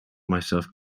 myself